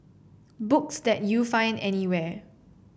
books that you find anywhere